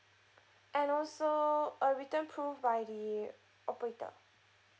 and also a written proof by the operator